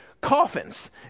coffins